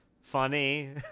funny